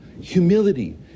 humility